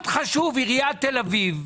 עיריית תל אביב,